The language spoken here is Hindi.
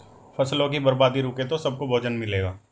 फसलों की बर्बादी रुके तो सबको भोजन मिलेगा